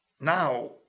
now